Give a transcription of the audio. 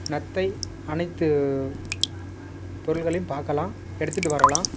நத்தை அனைத்து பொருட்களையும் பார்க்கலாம் எடுத்துகிட்டு வரலாம்